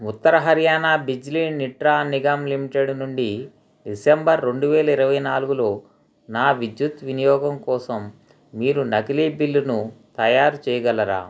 ఉత్తర Haryana Bijli Vitran Nigam limited నుండి December రెండు వేల ఇరవై నాలుగులో నా విద్యుత్ వినియోగం కోసం మీరు నకిలీ బిల్లును తయారు చేయగలరా